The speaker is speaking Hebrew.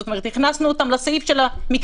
זאת אומרת הכנסנו אותם לסעיף של המקרים